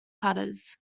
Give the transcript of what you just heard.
cutters